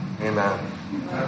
Amen